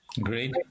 Great